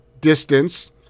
distance